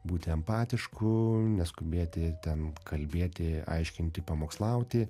būti empatišku neskubėti ten kalbėti aiškinti pamokslauti